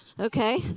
Okay